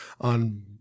on